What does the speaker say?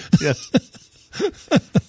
Yes